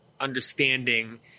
understanding